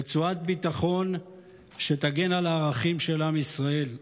רצועת ביטחון שתגן על הערכים של עם ישראל,